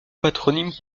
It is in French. patronyme